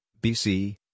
BC